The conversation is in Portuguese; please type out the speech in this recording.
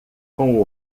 com